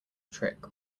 trick